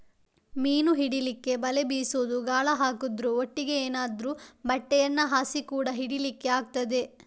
ಮೀನು ಹಿಡೀಲಿಕ್ಕೆ ಬಲೆ ಬೀಸುದು, ಗಾಳ ಹಾಕುದ್ರ ಒಟ್ಟಿಗೆ ಏನಾದ್ರೂ ಬಟ್ಟೆಯನ್ನ ಹಾಸಿ ಕೂಡಾ ಹಿಡೀಲಿಕ್ಕೆ ಆಗ್ತದೆ